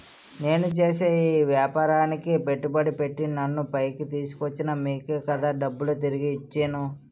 నేను చేసే ఈ వ్యాపారానికి పెట్టుబడి పెట్టి నన్ను పైకి తీసుకొచ్చిన మీకే కదా డబ్బులు తిరిగి ఇచ్చేను